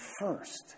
first